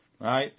Right